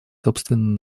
собственный